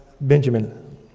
Benjamin